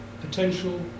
potential